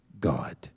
God